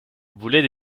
voulait